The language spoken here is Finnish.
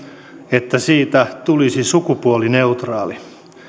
että siitä tulisi sukupuolineutraali